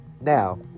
now